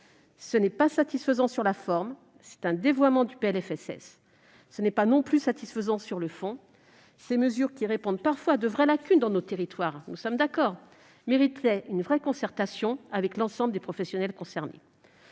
Ce n'est pas satisfaisant sur la forme : c'est un dévoiement du PLFSS. Ce n'est pas non plus satisfaisant sur le fond : ces mesures, qui répondent parfois à de réelles lacunes dans nos territoires, méritaient une vraie concertation avec l'ensemble des professionnels concernés,